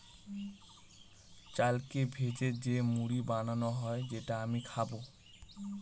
চালকে ভেজে যে মুড়ি বানানো হয় যেটা আমি খাবো